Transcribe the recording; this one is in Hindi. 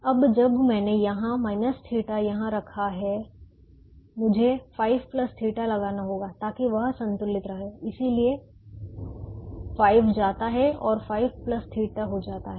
अब जब मैंने एक θ यहाँ रखा है मुझे 5 θ लगाना होगा ताकि वह संतुलित रहे इसलिए 5 जाता है और 5 θ हो जाता है